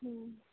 ಹ್ಞೂ